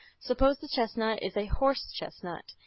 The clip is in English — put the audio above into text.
suppose the chestnut is a horse-chestnut.